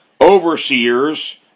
Overseers